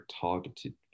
targeted